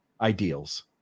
ideals